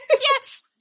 yes